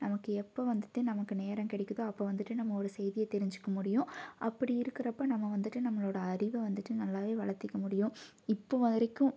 நமக்கு எப்போ வந்துட்டு நமக்கு நேரம் கிடைக்கிதோ அப்போ வந்துட்டு நம்ம ஒரு செய்தியை தெரிஞ்சுக்க முடியும் அப்படி இருக்கிறப்போ நம்ம வந்துட்டு நம்மளோடய அறிவை வந்துட்டு நல்லாவே வளர்த்திக்க முடியும் இப்போது வரைக்கும்